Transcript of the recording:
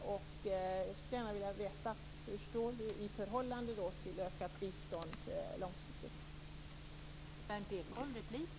Jag skulle gärna vilja veta hur Berndt Ekholm står i förhållande till ökat bistånd långsiktigt.